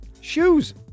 Shoes